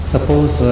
Suppose